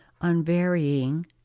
unvarying